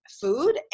food